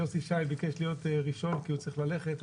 יוסי שיין ביקש להיות ראשון כי הוא צריך ללכת.